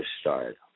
start